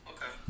Okay